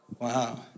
Wow